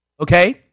Okay